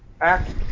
Act